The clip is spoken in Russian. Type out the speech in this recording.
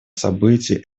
событий